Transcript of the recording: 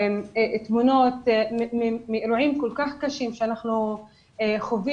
ותמונות מאירועים כל כך קשים שאנחנו חווים.